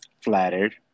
Flattered